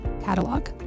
catalog